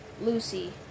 Lucy